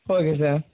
okay sir